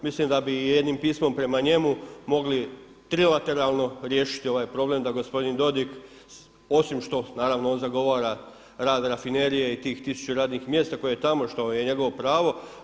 Mislim da bi jednim pismom prema njemu mogli trilateralno riješiti ovaj problem da gospodin Dodig osim što, naravno on zagovara rad rafinerije i tih tisuću radnih mjesta koje je tamo, što je njegovo pravo.